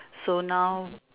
so now